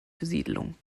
besiedlung